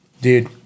dude